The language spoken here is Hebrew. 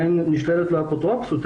נשללת ממנו האפוטרופסות.